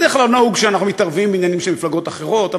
בדרך כלל נהוג שאנחנו לא מתערבים בעניינים של מפלגות אחרות,